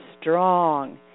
strong